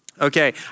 Okay